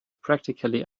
practically